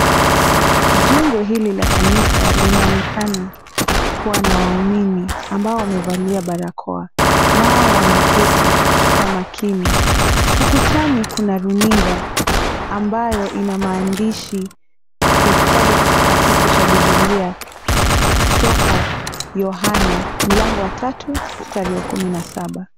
Jengo hili la kanisa linaonekana kuwa na waumini ambao wamevalia barakoa. Nao wameketi kwa makini. Ukutani kuna runinga ambayo ina maandishi ya kitabu kitakatifu cha Biblia kutoka Yohana 3:17.